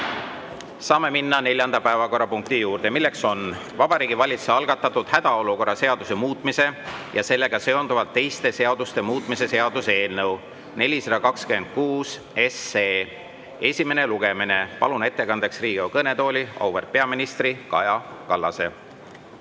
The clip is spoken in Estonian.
Saame minna neljanda päevakorrapunkti juurde. Vabariigi Valitsuse algatatud hädaolukorra seaduse muutmise ja sellega seonduvalt teiste seaduste muutmise seaduse eelnõu 426 esimene lugemine. Palun ettekandjaks Riigikogu kõnetooli auväärt peaministri Kaja Kallase.